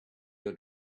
your